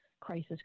crisis